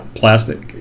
plastic